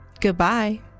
Goodbye